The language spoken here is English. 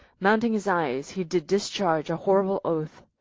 mounting his eyes, he did discharge a horrible oath,